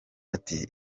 ati